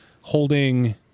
holding